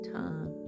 time